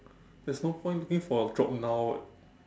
there's no point looking for a job now